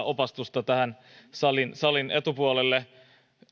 opastusta tähän salin etupuolelle